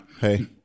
Hey